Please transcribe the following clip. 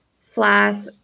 Slash